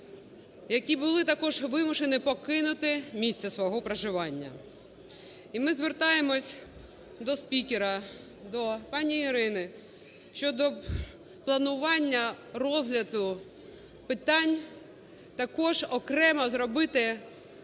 які були також вимушені покинути місця свого проживання. І ми звертаємося до спікера, до пані Ірини щодо планування розгляду питань, також окремо зробити розгляд